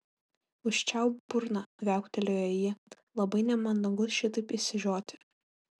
užčiaupk burną viauktelėjo ji labai nemandagu šitaip išsižioti